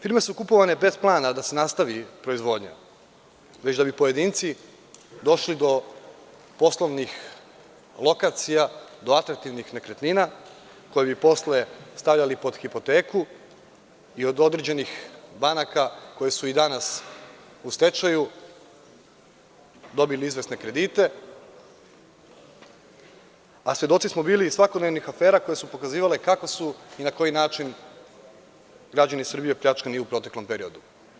Firme su kupovane bez plana da se nastavi proizvodnja, već da bi pojedinci došli do poslovnih lokacija, do atraktivnih nekretnina koje bi posle stavljali pod hipoteku i od određenih banaka koje su i danas u stečaju dobili izvesne kredite, a svedoci smo bili i svakodnevnih afera koje su pokazivale kako su i na koji način građani Srbije pljačkani u proteklom periodu.